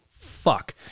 fuck